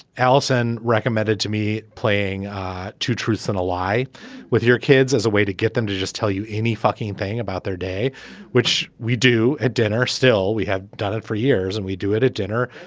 alison recommended to me playing to truth and a lie with your kids as a way to get them to just tell you fucking paying about their day which we do at dinner still we have done it for years and we do it at dinner.